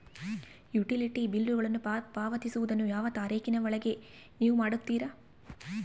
Utility ಬಿಲ್ಲುಗಳನ್ನು ಪಾವತಿಸುವದನ್ನು ಯಾವ ತಾರೇಖಿನ ಒಳಗೆ ನೇವು ಮಾಡುತ್ತೇರಾ?